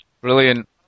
brilliant